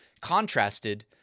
contrasted